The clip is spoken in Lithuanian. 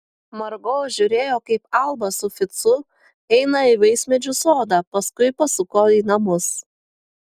margo žiūrėjo kaip alba su ficu eina į vaismedžių sodą paskui pasuko į namus